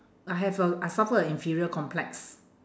I have a I suffer a inferior complex